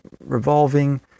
revolving